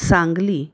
Sangli